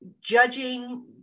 judging